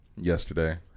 yesterday